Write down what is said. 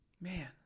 Man